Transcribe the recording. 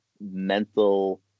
mental